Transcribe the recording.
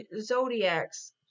Zodiacs